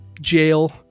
jail